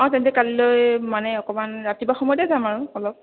আৰু তেন্তে কালিলৈ মানে অকণমান ৰাতিপুৱা সময়তে যাম আৰু অলপ